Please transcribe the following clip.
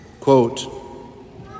Quote